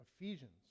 Ephesians